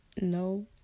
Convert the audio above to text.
no